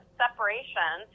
separation